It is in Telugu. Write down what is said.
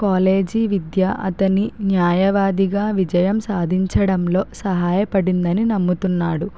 కాలేజీ విద్య అతని న్యాయవాదిగా విజయం సాధించడంలో సహాయపడిందని నమ్ముతున్నాడు